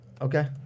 Okay